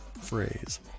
phrase